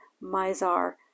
Mizar